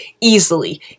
easily